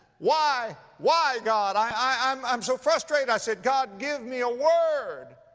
why, why god? i, i, i'm, i'm so frustrated. i said, god give me a word.